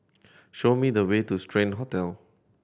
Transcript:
show me the way to Strand Hotel